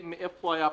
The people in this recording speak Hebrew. ומאיפה היה הפיצוץ.